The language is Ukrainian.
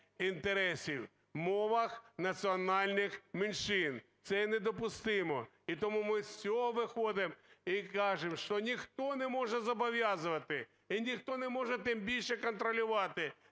інтересів, мовам національних меншин. Це є недопустимо. І тому ми з цього виходимо і кажемо, що ніхто не може зобов'язувати і ніхто не може, тим більше, контролювати,